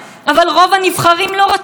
לא הצעת חוק כזאת או אחרת,